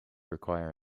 require